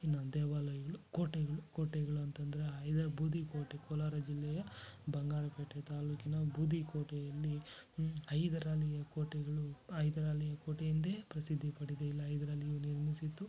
ಇನ್ನು ದೇವಾಲಯಗಳು ಕೋಟೆಗಳು ಕೋಟೆಗಳು ಅಂತಂದರೆ ಹೈದ ಬೂದಿಕೋಟೆ ಕೋಲಾರ ಜಿಲ್ಲೆಯ ಬಂಗಾರಪೇಟೆ ತಾಲೂಕಿನ ಬೂದಿಕೋಟೆಯಲ್ಲಿ ಹೈದರಾಲಿಯ ಕೋಟೆಗಳು ಹೈದರಾಲಿಯ ಕೋಟೆ ಎಂದೇ ಪ್ರಸಿದ್ದಿ ಪಡೆದಿದೆ ಇದನ್ನು ಹೈದರಾಲಿ ನಿರ್ಮಿಸಿದ್ದು